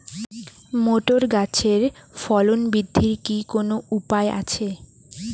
Motor গাছের ফলন বৃদ্ধির কি কোনো উপায় আছে?